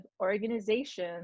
organization